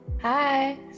Hi